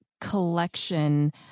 collection